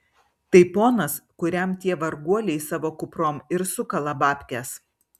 tai ponas kuriam tie varguoliai savo kuprom ir sukala babkes